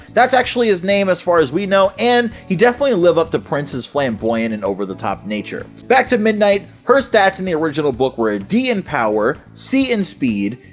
that's actually his name as far as we know, and he definitely lived up to prince's flamboyant and over the top nature! back to midnight, her stats in the original book were a d in power, c in speed,